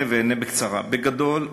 אענה ואענה בקצרה: בגדול,